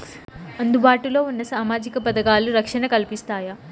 అందుబాటు లో ఉన్న సామాజిక పథకాలు, రక్షణ కల్పిస్తాయా?